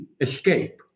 escape